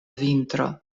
vintro